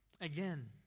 again